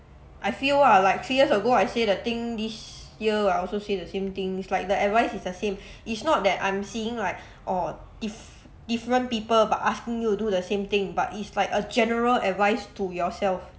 I feel ah like three years ago I say the thing this year I also say the same thing is like the advice is the same it's not that I'm seeing like orh if different people but asking you to do the same thing but it's like a general advice to yourself